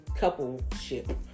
coupleship